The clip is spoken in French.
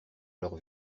leurs